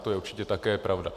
To je určitě také pravda.